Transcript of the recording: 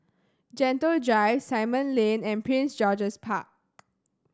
Gentle Drive Simon Lane and Prince George's Park